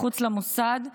מחוץ למוסד.